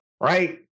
right